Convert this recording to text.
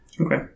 Okay